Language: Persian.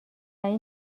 این